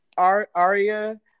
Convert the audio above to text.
Aria